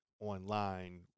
online